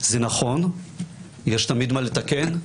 זה נכון, יש תמיד מה לתקן.